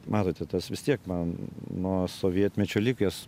matote tas vis tiek man nuo sovietmečio likęs